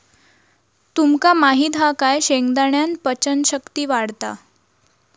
तुमका माहित हा काय शेंगदाण्यान पचन शक्ती वाढता